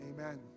Amen